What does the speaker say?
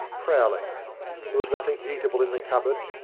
prowling there was nothing eatable in the cupboard,